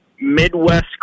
Midwest